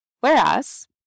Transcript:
Whereas